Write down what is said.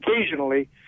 occasionally